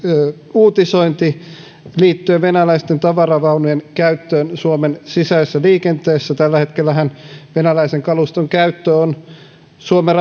uutisointi liittyen venäläisten tavaravaunujen käyttöön suomen sisäisessä liikenteessä tällä hetkellähän venäläisen kaluston käyttö on suomen